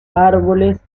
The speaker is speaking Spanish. árboles